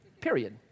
period